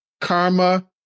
Karma